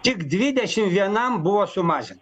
tik dvidešim vienam buvo sumažin